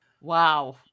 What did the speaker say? wow